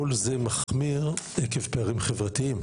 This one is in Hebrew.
כל זה מחמיר עקב פערים חברתיים,